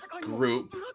group